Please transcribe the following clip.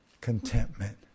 contentment